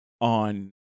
on